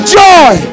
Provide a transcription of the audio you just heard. joy